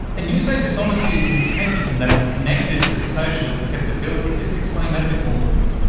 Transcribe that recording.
and you say dishonesty is contagious in that it's connected to social acceptability. just explain that a bit more to us.